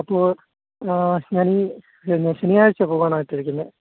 അപ്പോൾ ഞാൻ ഈ വരുന്ന ശനിയാഴ്ച്ച പോവാനായിട്ടാണ് ഇരിക്കുന്നത്